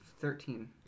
Thirteen